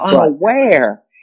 unaware